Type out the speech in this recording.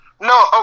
No